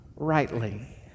rightly